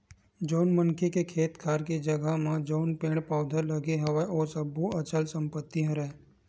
जउन मनखे के खेत खार के जघा म जउन पेड़ पउधा लगे हवय ओ सब्बो अचल संपत्ति हरय